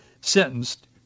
sentenced